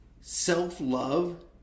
Self-love